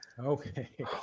Okay